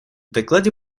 докладе